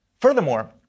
Furthermore